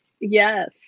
Yes